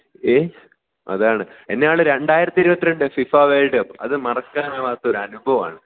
ഏ അതാണ് എന്താണെങ്കിലും രണ്ടായിരത്തി ഇരുപത്തിരണ്ട് ഫിഫ വേൾഡ് കപ്പ് അത് മറക്കാനാകാത്തൊരു അനുഭവമാണ്